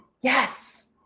Yes